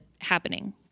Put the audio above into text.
happening